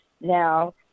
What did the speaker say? now